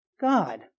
God